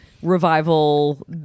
Revival